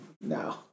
No